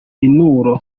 inturo